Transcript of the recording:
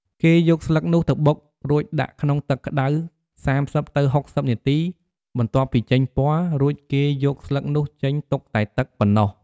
គេយកស្លឹកនោះទៅបុក រួចដាក់ក្នុងទឹកក្ដៅ ៣០ទៅ៦០នាទី បន្ទាប់ពីចេញពណ៌ រួចគេយកស្លឹកនោះចេញទុកតែទឹកប៉ុណ្ណោះ។